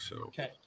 Okay